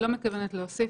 אנחנו לא מנסים להתחמק מזה.